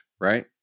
right